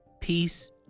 peace